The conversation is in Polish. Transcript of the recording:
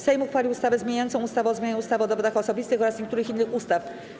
Sejm uchwalił ustawę zmieniającą ustawę o zmianie ustawy o dowodach osobistych oraz niektórych innych ustaw.